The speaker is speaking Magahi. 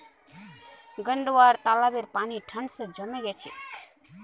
गांउर तालाबेर पानी ठंड स जमें गेल छेक